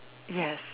yes